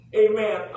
amen